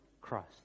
Christ